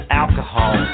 alcohol